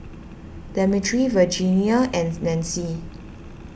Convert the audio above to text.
Demetri Virginia and Nancy